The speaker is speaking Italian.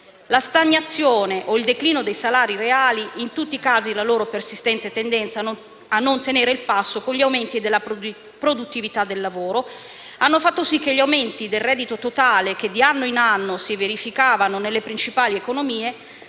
La stagnazione o il declino dei salari reali, in tutti i casi la loro persistente tendenza a non tenere il passo con gli aumenti della produttività del lavoro, hanno fatto sì che gli aumenti del reddito totale che di anno in anno si verificavano nelle principali economie